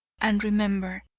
and remember,